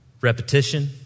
repetition